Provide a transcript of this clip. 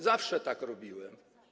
Zawsze tak robiłem.